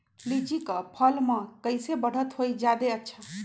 लिचि क फल म कईसे बढ़त होई जादे अच्छा?